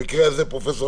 במקרה הזה ד"ר